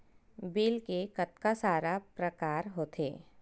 Bill के कतका सारा प्रकार होथे?